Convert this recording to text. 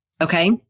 Okay